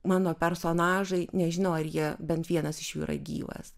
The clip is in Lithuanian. mano personažai nežinau ar jie bent vienas iš jų yra gyvas